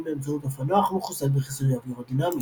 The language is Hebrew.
באמצעות אופנוח מכוסה בכיסוי אווירודינמי.